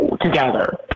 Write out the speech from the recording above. together